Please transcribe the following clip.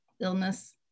illness